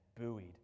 buoyed